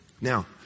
Now